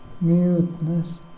muteness